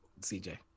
CJ